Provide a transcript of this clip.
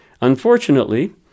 Unfortunately